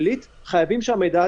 אז בית המשפט